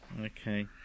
Okay